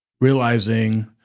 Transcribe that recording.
realizing